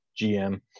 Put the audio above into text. GM